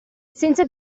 senza